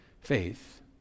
faith